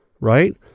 right